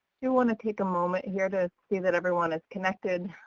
do want to take a moment here to see that everyone is connected.